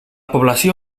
població